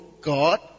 God